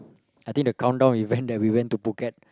I think the countdown event that we went to phuket